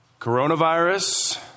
coronavirus